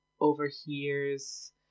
overhears